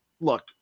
Look